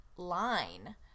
Line